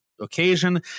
Occasion